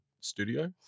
studio